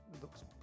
looks